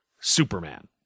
Superman